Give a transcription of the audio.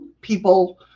people